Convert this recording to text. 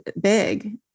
big